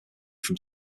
from